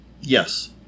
Yes